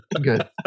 good